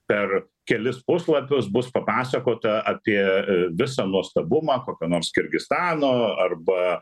per kelis puslapius bus papasakota apie visą nuostabumą kokio nors kirgizstano arba